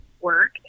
work